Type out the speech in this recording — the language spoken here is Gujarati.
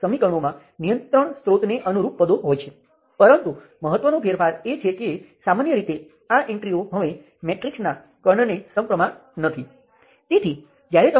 હવે મેં કહ્યું તેમ લૂપ વિશ્લેષણ સામાન્ય રીતે કરી શકાય છે પરંતુ હું આ કોર્સમાં તે કરીશ નહીં